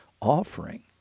offering